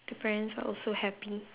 the parents are also happy